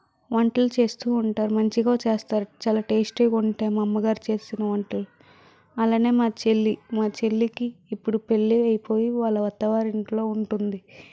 వంటలు చేస్తూ ఉంటారు మంచిగా చేస్తారు చాలా టేస్టీ గా ఉంటాయి మా అమ్మగారు చేసిన వంటలు అలానే మా చెల్లి మా చెల్లికి ఇప్పుడు పెళ్ళి అయిపోయి వాళ్ళ అత్తవారి ఇంట్లో ఉంటుంది